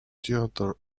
theater